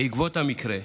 בעקבות המקרה,